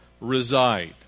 reside